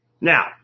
Now